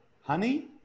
honey